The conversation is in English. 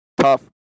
tough